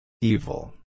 Evil